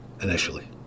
initially